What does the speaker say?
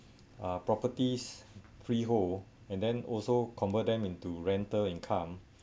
uh properties freehold and then also convert them into rental income